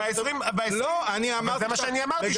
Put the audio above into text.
אבל זה מה שאני אמרתי,